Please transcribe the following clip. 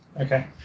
Okay